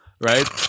right